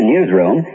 newsroom